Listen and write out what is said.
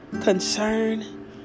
concern